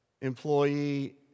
employee